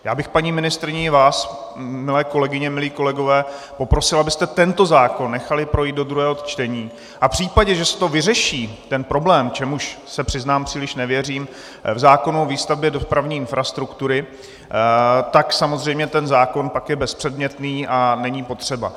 Já bych, paní ministryně, i vás, milé kolegyně, milí kolegové, poprosil, abyste tento zákon nechali projít do druhého čtení, a v případě, že se ten problém vyřeší, čemuž, se přiznám, příliš nevěřím, v zákonu o výstavbě dopravní infrastruktury, tak samozřejmě ten zákon pak je bezpředmětný a není potřeba.